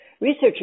Researchers